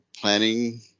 planning